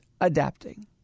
adapting